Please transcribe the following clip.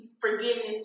forgiveness